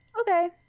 Okay